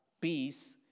peace